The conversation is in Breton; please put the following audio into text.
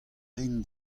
rin